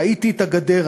ראיתי את הגדר,